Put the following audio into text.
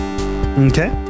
Okay